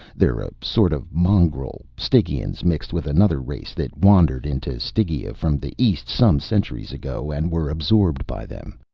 they're a sort of mongrel stygians, mixed with another race that wandered into stygia from the east some centuries ago and were absorbed by them.